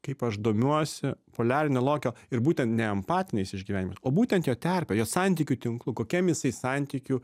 kaip aš domiuosi poliarinio lokio ir būtent ne empatiniais išgyvenimais o būtent jo terpe jo santykių tinklu kokiam jisai santykių